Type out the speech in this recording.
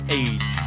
age